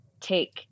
take